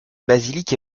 basilique